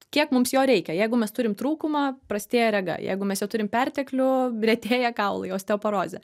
kiek mums jo reikia jeigu mes turim trūkumą prastėja rega jeigu mes jo turim perteklių retėja kaulai osteoparozė